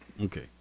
Okay